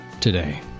today